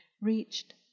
reached